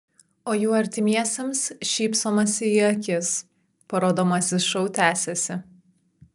o jų artimiesiems šypsomasi į akis parodomasis šou tęsiasi